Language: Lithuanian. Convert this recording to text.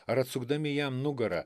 ar atsukdami jam nugarą